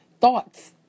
thoughts